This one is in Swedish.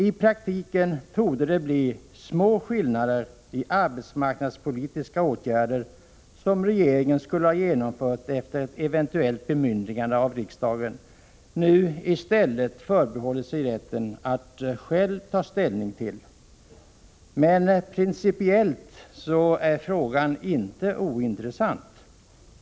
I praktiken torde det bli små skillnader i arbetsmarknadspolitiska åtgärder om man jämför med de åtgärder som skulle ha vidtagits om regeringen hade fått riksdagens bemyndigande. Nu förbehåller sig regeringen i stället rätten att själv ta ställning. Principiellt är frågan inte ointressant.